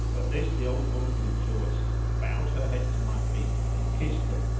this the old woman rejoiced and bowed her head to my feet and kissed them,